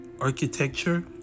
architecture